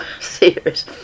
serious